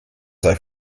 sei